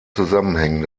zusammenhängen